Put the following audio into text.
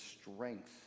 strength